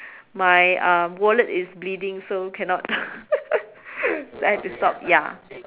my um wallet is bleeding so cannot I had to stop ya